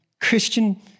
Christian